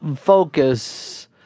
focus